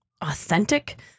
authentic